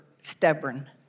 stubborn